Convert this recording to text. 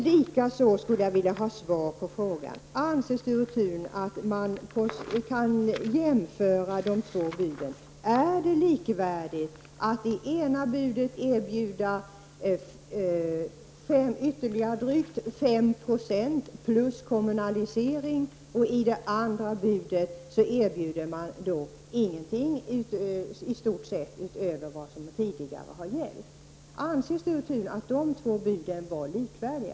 Likaså skulle jag vilja ha svar på frågan: Anser Sture Thun att man kan jämföra de två buden? Är det likvärdigt att i det ena budet erbjuda ytterligare drygt 5 20 plus kommunalisering och i det andra i stort sett inte erbjuda någonting utöver vad som tidigare har gällt? Anser Sture Thun att dessa två bud var likvärdiga?